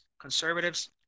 conservatives